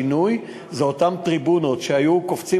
אותן טריבונות שהחסידים היו קופצים